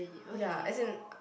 ya as in